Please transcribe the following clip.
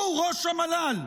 הוא, ראש המל"ל,